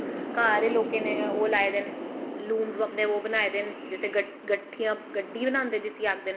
सारें लोकें नै ओह् लाए दे नै लोन आनैं ओह् बने दे नै जिसी खड्डियां आखदे नै